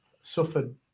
suffered